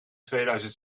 tweeduizend